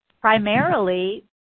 primarily